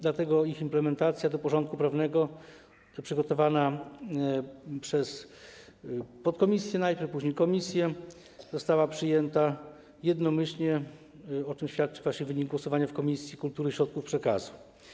Dlatego ich implementacja do porządku prawnego, najpierw przygotowana przez podkomisję, później przez komisję, została przyjęta jednomyślnie, o czym świadczy właśnie wynik głosowania w Komisji Kultury i Środków Przekazu.